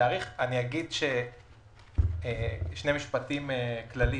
אגיד שני משפטים כלליים.